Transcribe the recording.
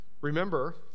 Remember